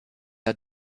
der